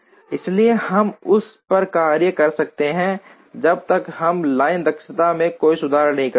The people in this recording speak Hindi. इसलिए हम उस पर काम कर सकते हैं जब तक हम लाइन दक्षता में कोई सुधार नहीं कर सकते